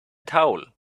towel